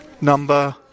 Number